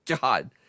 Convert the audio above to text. God